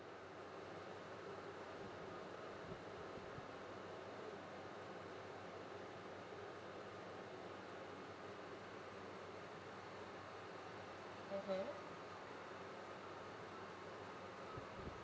mmhmm